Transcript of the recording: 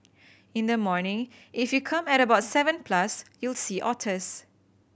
in the morning if you come at about seven plus you'll see otters